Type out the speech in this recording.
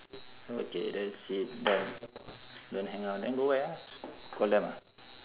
okay that's it done don't hang up then go where ah call them ah